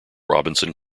robinson